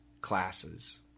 classes